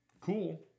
Cool